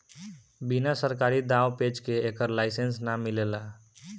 बिना सरकारी दाँव पेंच के एकर लाइसेंस ना मिलेला